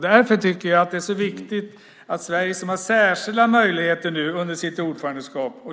Därför är det viktigt att Sverige, som har särskilda möjligheter under sitt ordförandeskap, agerar.